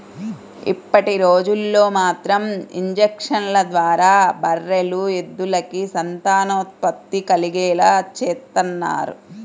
ఇప్పటిరోజుల్లో మాత్రం ఇంజక్షన్ల ద్వారా బర్రెలు, ఎద్దులకి సంతానోత్పత్తి కలిగేలా చేత్తన్నారు